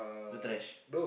the trash